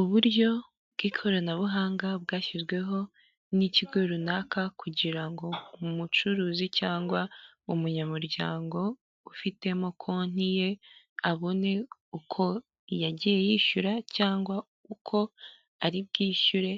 Uburyo bw'ikoranabuhanga bwashyizweho n'ikigo runaka, kugira ngo umucuruzi cyangwa umunyamuryango ufitemo konti ye abone uko yagiye yishyura cyangwa uko ari bwishyure